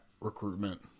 recruitment